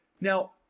Now